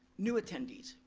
new attendees,